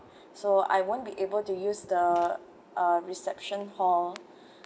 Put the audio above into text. so I won't be able to use the uh reception hall